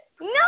No